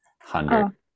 hundred